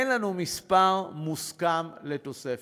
אין לנו מספר מוסכם לתוספת.